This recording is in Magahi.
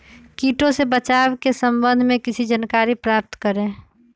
किटो से बचाव के सम्वन्ध में किसी जानकारी प्राप्त करें?